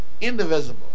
indivisible